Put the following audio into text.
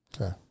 Okay